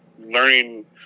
learning